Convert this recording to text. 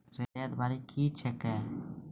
रैयत बाड़ी क्या हैं?